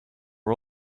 are